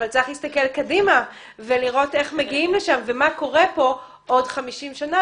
אבל צריך להסתכל קדימה ולראות איך מגיעים לשם ומה קורה פה עוד 50 שנה,